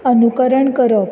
अनुकरण करप